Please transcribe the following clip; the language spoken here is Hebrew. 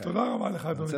תודה רבה לך, אדוני.